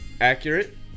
Accurate